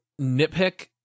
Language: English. nitpick